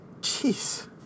jeez